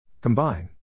Combine